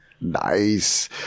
nice